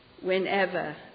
Whenever